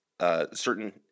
certain